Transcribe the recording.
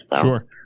Sure